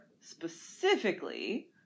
specifically